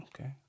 Okay